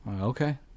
okay